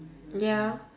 ya